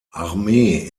armee